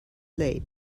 late